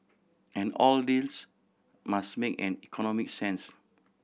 and all deals must make an economic sense